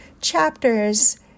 chapters